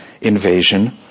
invasion